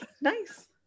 Nice